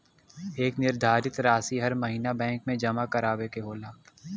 एक निर्धारित रासी हर महीना बैंक मे जमा करावे के होला